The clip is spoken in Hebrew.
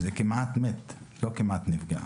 זה כמעט מת, לא כמעט נפגע.